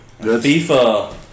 FIFA